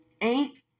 Eight